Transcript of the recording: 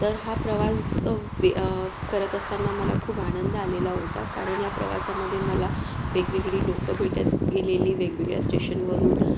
तर हा प्रवास करत असताना मला खूप आनंद आलेला होता कारण या प्रवासामध्ये मला वेगवेगळी लोकं भेटत गेलेली वेगवेगळ्या स्टेशनवरून